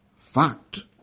fact